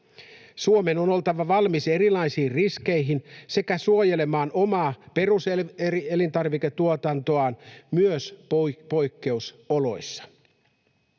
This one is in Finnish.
Suomen on oltava valmis erilaisiin riskeihin sekä suojelemaan omaa peruselintarviketuotantoaan myös poikkeusoloissa.